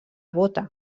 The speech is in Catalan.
bota